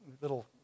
little